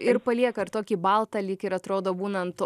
ir palieka ir tokį baltą lyg ir atrodo būna ant